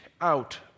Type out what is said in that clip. out